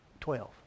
twelve